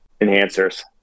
enhancers